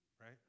right